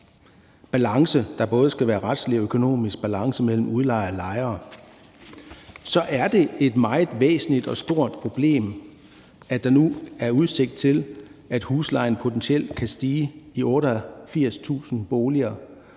ser på den her retlige og økonomiske balance, der skal være mellem udlejere og lejere, så er det et meget væsentligt og stort problem, at der nu er udsigt til, at huslejen potentielt kan stige i 88.000 boliger.